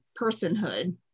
personhood